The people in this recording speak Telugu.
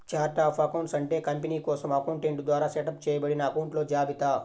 ఛార్ట్ ఆఫ్ అకౌంట్స్ అంటే కంపెనీ కోసం అకౌంటెంట్ ద్వారా సెటప్ చేయబడిన అకొంట్ల జాబితా